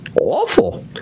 awful